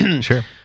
Sure